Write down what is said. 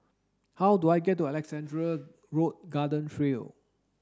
how do I get to Alexandra Road Garden Trail